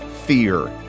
fear